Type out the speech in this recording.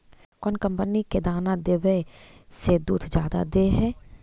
कौन कंपनी के दाना देबए से दुध जादा दे है?